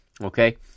okay